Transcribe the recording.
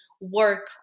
work